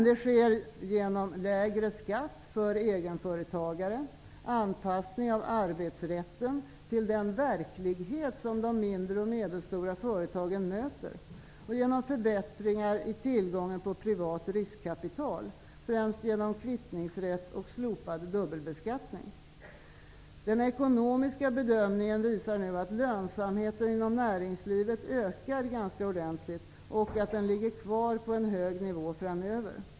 Detta sker genom lägre skatt för egenföretagare, genom anpassning av arbetsrätten till den verklighet som de mindre och medelstora företagen möter och genom förbättringar i tillgången på privat riskkapital, främst genom kvittningsrätt och slopad dubbelbeskattning. Den ekonomiska bedömningen visar att lönsamheten inom näringslivet nu ökar ganska ordentligt och att den ligger kvar på en hög nivå framöver.